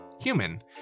Human